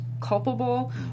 culpable